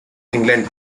england